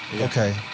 Okay